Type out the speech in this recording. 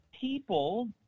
people